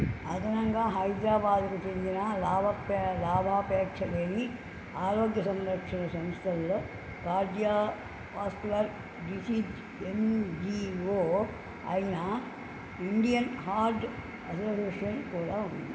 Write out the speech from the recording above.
అదనంగా హైడరాబాదుకు చెందిన లాభాపే లాభాపేక్ష లేని ఆరోగ్య సంరక్షణ సంస్థల్లో కార్డియో వాస్కులర్ డిసీజ్ ఎన్జీఓ అయిన ఇండియన్ హార్ట్ అసోసియేషన్ కూడా ఉంది